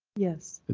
yes,